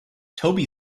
toby